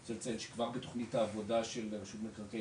זה יוצא שכבר בתוכנית העבודה של רשות מקרקעי